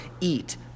eat